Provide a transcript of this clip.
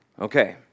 Okay